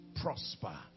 prosper